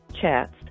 chats